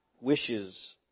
wishes